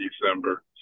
December